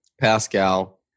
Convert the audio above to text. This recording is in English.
Pascal